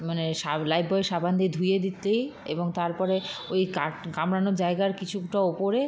মানে সাব লাইফবয় সাবান দিয়ে ধুয়ে দিতেই এবং তার পরে ওই কাট কামড়ানোর জায়গার কিছুটা ওপরে